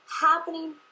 happening